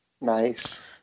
Nice